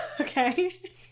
okay